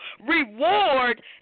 reward